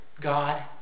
God